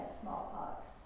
smallpox